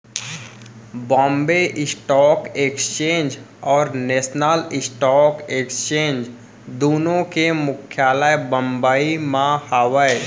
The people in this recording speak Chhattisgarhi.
बॉम्बे स्टॉक एक्सचेंज और नेसनल स्टॉक एक्सचेंज दुनो के मुख्यालय बंबई म हावय